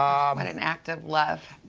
um and an act of love.